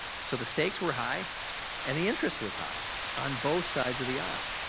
so, the stakes were high and the interest was high on both sides of the aisle.